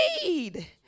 indeed